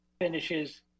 finishes